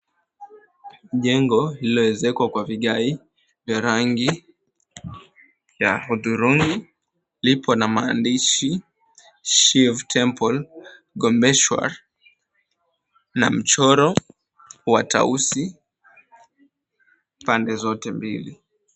Jengo lililoezekwa kwa vigae kwa rangi ya hudhurungi lipo na maandishi, Shiv Temple Gombeshwar na mchoro wa tausi pande zote mbili.